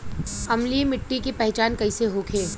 अम्लीय मिट्टी के पहचान कइसे होखे?